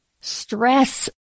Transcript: stress